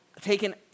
taken